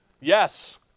Yes